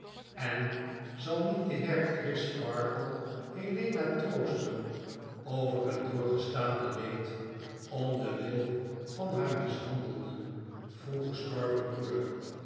en zal niet de heer crisparkle helena troosten over het doorgestane leed om den wil van haar mishandelden vroeg gestorven broeder